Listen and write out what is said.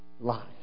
life